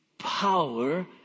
power